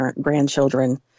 grandchildren